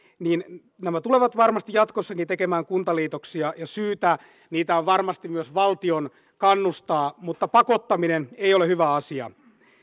niin nämä tulevat varmasti jatkossakin tekemään kuntaliitoksia ja syytä niitä on varmasti myös valtion kannustaa mutta pakottaminen ei ole hyvä asia